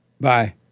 Bye